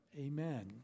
Amen